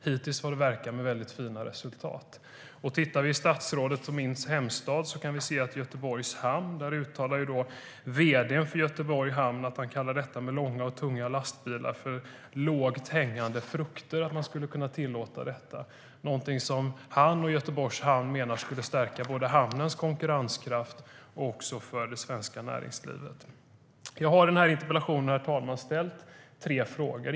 Hittills verkar resultaten vara väldigt fina. Herr talman! Jag har ställt tre frågor i interpellationen.